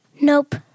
Nope